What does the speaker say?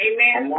Amen